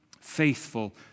faithful